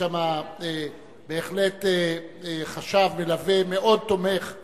יש שמה בהחלט חשב מלווה מאוד תומך מהעדה,